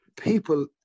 people